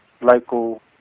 local